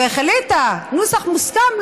והחליטה: נוסח מוסכם?